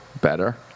better